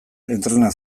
entrena